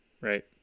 right